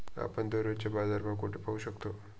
आपण दररोजचे बाजारभाव कोठे पाहू शकतो?